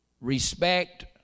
respect